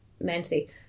mentally